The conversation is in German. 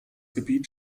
gebiet